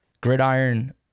Gridiron